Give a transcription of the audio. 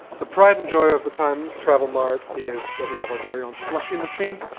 the pride and joy of the times travel mart is that we have our very own slushie machine.